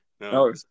no